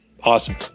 Awesome